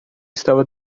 estava